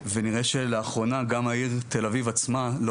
ונראה שלאחרונה גם העיר תל אביב עצמה לא